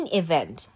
event